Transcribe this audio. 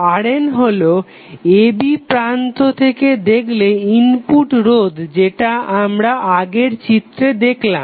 RN হলো a b প্রান্ত থেকে দেখলে ইনপুট রোধ যেটা আমরা আগের চিত্রে দেখলাম